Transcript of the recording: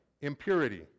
impurity